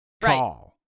call